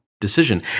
decision